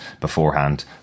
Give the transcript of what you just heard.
beforehand